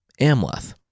Amleth